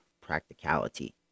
practicality